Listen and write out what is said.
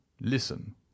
listen